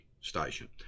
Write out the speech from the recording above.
station